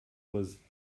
was